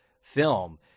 film